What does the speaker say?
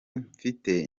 mfite